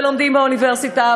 ולומדים באוניברסיטה,